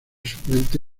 suplente